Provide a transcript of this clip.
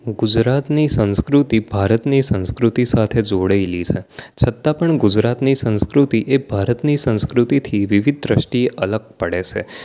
ગુજરાતની સંસ્કૃતિ ભારતની સંસ્કૃતિ સાથે જોડાયેલી છે છતાં પણ ગુજરાતની સંસ્કૃતિ એ ભારતની સંસ્કૃતિથી વિવિધ દૃષ્ટિ એ અલગ પડે છે